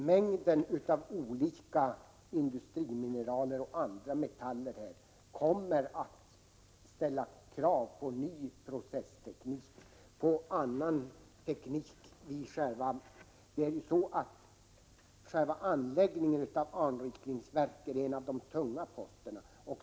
Mängden av olika industrimineraler och andra metaller kommer att ställa krav på ny processteknik och annan ny teknik. Själva anläggningen av anrikningsverken är ju en av de tyngsta posterna.